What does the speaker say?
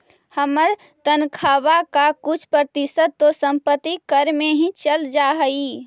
हमर तनख्वा का कुछ प्रतिशत तो संपत्ति कर में ही चल जा हई